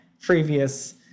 previous